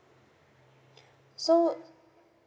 so